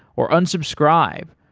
or unsubscribe,